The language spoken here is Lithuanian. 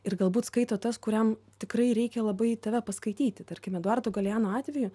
ir galbūt skaito tas kuriam tikrai reikia labai tave paskaityti tarkim eduardo galeano atveju